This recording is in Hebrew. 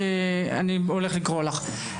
כי אני הולך לקרוא לך.